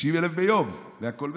50,000 ביום והכול בסדר.